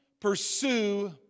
pursue